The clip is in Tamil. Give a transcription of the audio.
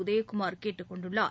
உதயகுமார் கேட்டுக் கொண்டுள்ளார்